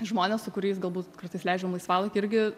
žmonės su kuriais galbūt kartais leidžiam laisvalaikį irgi